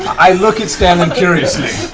i look at scanlan curiously.